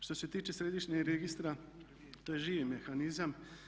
Što se tiče središnjeg registra to je živi mehanizam.